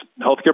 healthcare